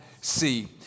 see